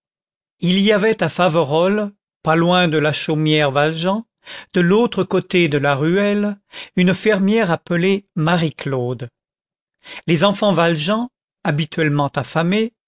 il y avait à faverolles pas loin de la chaumière valjean de l'autre côté de la ruelle une fermière appelée marie claude les enfants valjean habituellement affamés